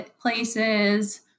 places